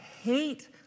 hate